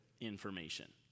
Information